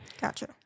Gotcha